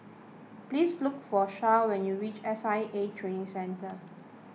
please look for Sharyl when you reach S I A Training Centre